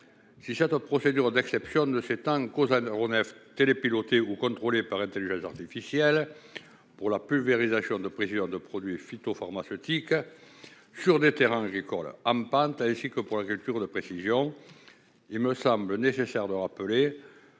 Si cette procédure d'exception ne s'étend qu'aux aéronefs télépilotés ou contrôlés par intelligence artificielle, pour la pulvérisation de précision de produits phytopharmaceutiques sur des terrains agricoles en pente ainsi que pour l'agriculture de précision, il me semble nécessaire de rappeler